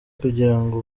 kugirango